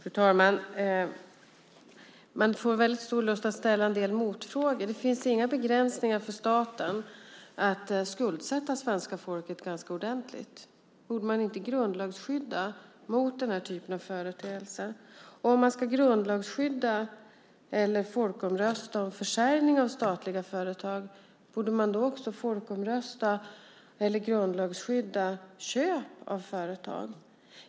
Fru talman! Man får en väldigt stor lust att ställa en motfråga. Det finns inga begränsningar för staten att skuldsätta svenska folket ganska ordentligt. Borde man inte grundlagsskydda mot den typen av företeelser? Om man ska grundlagsskydda eller folkomrösta om försäljning av statliga företag, borde man inte folkomrösta om eller grundlagsskydda också köp av företag?